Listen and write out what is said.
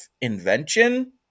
invention